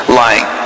lying